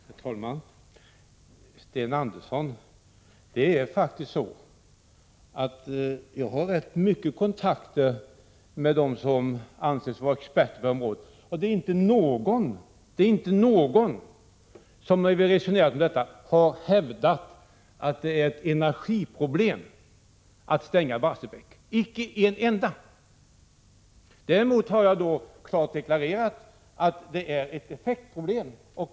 Herr talman! Sten Andersson i Malmö, jag har faktiskt rätt mycket kontakter med dem som anses vara experter, och det är inte någon av dem som när vi har resonerat om detta har hävdat att det är ett energiproblem att stänga Barsebäck. Icke en enda har gjort detta. Däremot har jag då klart deklarerat att det är ett effektproblem.